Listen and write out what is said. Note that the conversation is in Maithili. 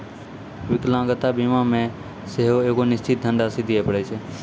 विकलांगता बीमा मे सेहो एगो निश्चित धन राशि दिये पड़ै छै